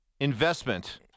investment